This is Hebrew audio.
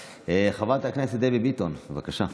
חברת הכנסת דבי ביטון, בבקשה.